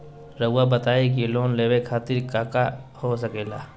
रउआ बताई की लोन लेवे खातिर काका हो सके ला?